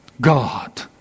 God